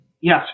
Yes